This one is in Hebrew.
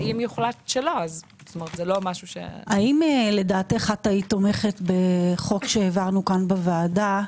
אם יוחלט שלא- - האם היית תומכת בחוק שהעברנו פה בוועדה,